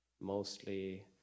mostly